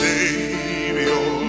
Savior